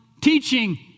teaching